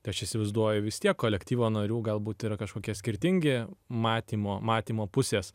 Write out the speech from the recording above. tai aš įsivaizduoju vis tiek kolektyvo narių galbūt yra kažkokie skirtingi matymo matymo pusės